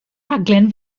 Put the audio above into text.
rhaglen